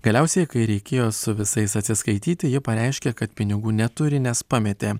galiausiai kai reikėjo su visais atsiskaityti ji pareiškė kad pinigų neturi nes pametė